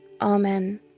amen